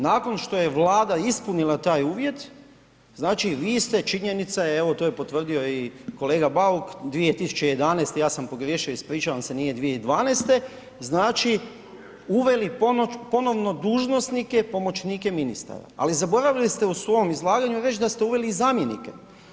Nakon što je Vlada ispunila taj uvjet znači vi ste, činjenica je evo to je potvrdio i kolega Bauk 2011. ja sam pogriješio ispričavam se nije 2012., znači uveli ponovno dužnosnike pomoćnike ministara, ali zaboravili ste u svom izlaganju već da ste uveli i zamjenike.